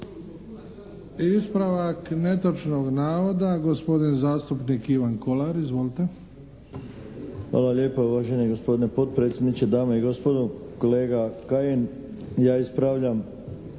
Ispravak netočnog navoda, gospodin zastupnik Ivan Kolar. Izvolite. **Kolar, Ivan (HSS)** Hvala lijepa uvaženi gospodine potpredsjedniče. Dame i gospodo, kolega Kajin, ja ispravljam